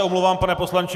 Omlouvám se, pane poslanče.